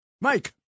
Mike